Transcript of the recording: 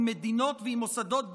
עם מדינות ועם מוסדות בין-לאומיים,